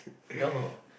no more